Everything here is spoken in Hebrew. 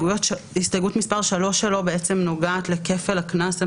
הסתייגות מס' 3 שלו נוגעת לכפל הקנס,